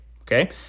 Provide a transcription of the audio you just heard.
Okay